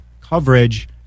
coverage